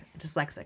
dyslexic